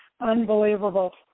Unbelievable